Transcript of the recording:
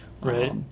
Right